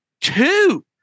two